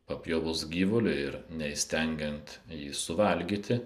papjovus gyvulį ir neįstengiant jį suvalgyti